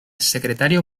secretario